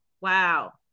Wow